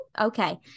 okay